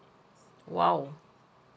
!wow!